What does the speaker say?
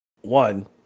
one